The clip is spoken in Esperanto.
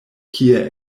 kie